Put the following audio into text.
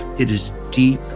it is deep,